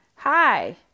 Hi